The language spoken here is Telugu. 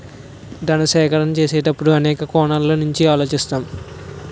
ధన సేకరణ చేసేటప్పుడు అనేక కోణాల నుంచి ఆలోచిస్తాం